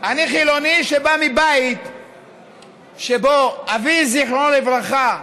אני חילוני שבא מבית שבו אבי, זיכרונו לברכה,